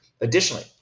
Additionally